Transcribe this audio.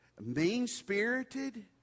mean-spirited